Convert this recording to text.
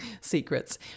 secrets